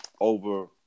over